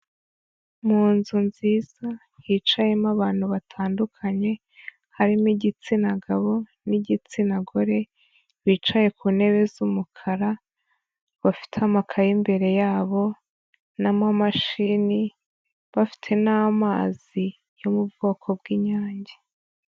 Mu nzu nziza hicayemo abantu batandukanye, harimo igitsina gabo n'igitsina gore, bicaye ku ntebe z'umukara, bafite amakaye imbere yabo n'amamashini, bafite n'amazi yo mu bwoko bw'Inyange.